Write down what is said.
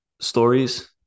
stories